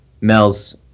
Mel's